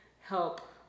help